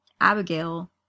Abigail